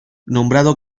nombrado